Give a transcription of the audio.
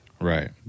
Right